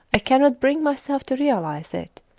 i cannot bring myself to realise it.